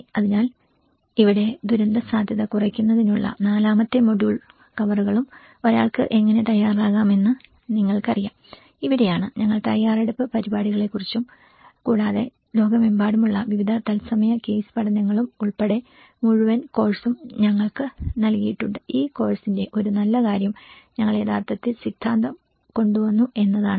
അതിനാൽ ഇവിടെ ദുരന്തസാധ്യത കുറയ്ക്കുന്നതിനുള്ള നാലാമത്തെ മൊഡ്യൂൾ കവറുകളും ഒരാൾക്ക് എങ്ങനെ തയ്യാറാകാമെന്ന് നിങ്ങൾക്കറിയാം ഇവിടെയാണ് ഞങ്ങൾ തയ്യാറെടുപ്പ് പരിപാടികളെക്കുറിച്ചും കൂടാതെ ലോകമെമ്പാടുമുള്ള വിവിധ തത്സമയ കേസ് പഠനങ്ങളും ഉൾപ്പെടെ മുഴുവൻ കോഴ്സും ഞങ്ങൾക്ക് നൽകിയിട്ടുണ്ട് ഈ കോഴ്സിന്റെ ഒരു നല്ല കാര്യം ഞങ്ങൾ യഥാർത്ഥത്തിൽ സിദ്ധാന്തം കൊണ്ടുവന്നു എന്നതാണ്